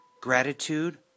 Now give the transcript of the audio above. gratitude